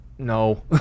No